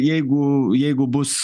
jeigu jeigu bus